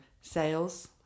Sales